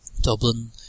Dublin